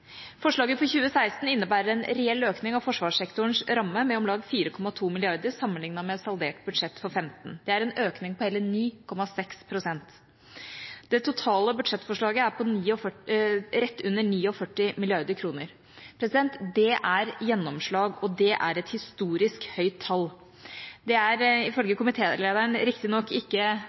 Forslaget for 2016 innebærer en reell økning av forsvarssektorens ramme med om lag 4,2 mrd. kr sammenlignet med saldert budsjett for 2015. Det er en økning på hele 9,6 pst. Det totale budsjettforslaget er rett under 49 mrd. kr. Det er gjennomslag, og det er et historisk høyt tall. Det er ifølge komitélederen riktignok ikke